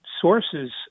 sources